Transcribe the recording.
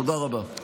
תודה רבה.